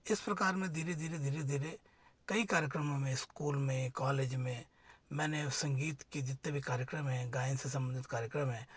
इस प्रकार में धीरे धीरे धीरे धीरे कई कार्यक्रमों में स्कूल में कॉलेज में मैंने संगीत की जीतने भी कार्यक्रम है गायन से संबंधित कार्यक्रम है